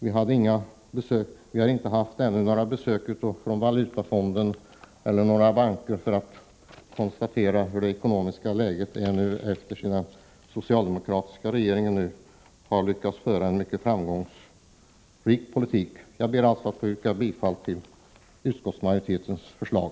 Vi har ännu inte haft några besök från Valutafonden eller från några banker för att konstatera hur det ekonomiska läget är sedan den socialdemokratiska regeringen har lyckats föra en mycket framgångsrik politik. Jag ber att få yrka bifall till utskottsmajoritetens förslag.